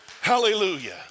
Hallelujah